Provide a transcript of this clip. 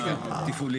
ברגע שהוא עושה צ'ק אין,